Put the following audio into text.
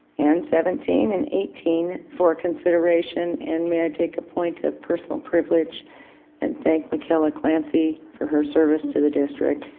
and seventeen and eighteen for consideration and may i take a point of personal privilege and thank mikella clancy for her service to the district,